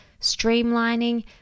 streamlining